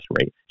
rate